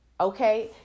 Okay